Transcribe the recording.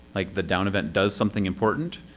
like the down event does something important.